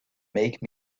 make